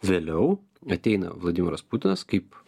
vėliau ateina vladimiras putinas kaip